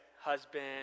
husband